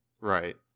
right